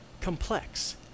complex